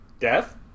death